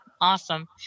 Awesome